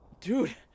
Dude